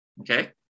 okay